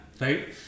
right